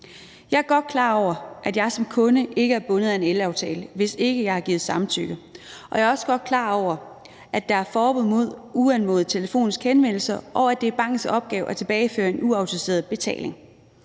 Jeg er godt klar over, at jeg som kunde ikke er bundet af en elaftale, hvis ikke jeg har givet samtykke, og jeg er også godt klar over, at der er forbud mod uanmodet telefonisk henvendelse, og at det er bankens opgave at tilbageføre en uautoriseret betaling.